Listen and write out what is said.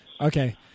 Okay